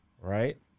right